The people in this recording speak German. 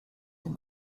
dem